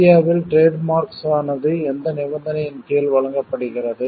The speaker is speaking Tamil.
இந்தியாவில் டிரேட் மார்க்ஸ் ஆனது எந்த நிபந்தனைகளின் கீழ் வழங்கப்படுகிறது